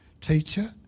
teacher